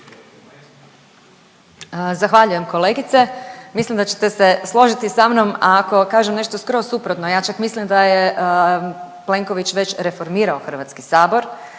Zahvaljujem kolegice. Mislim da ćete se složiti sa mnom ako kažem nešto skroz suprotno, ja čak mislim da je Plenković već reformirao HS time što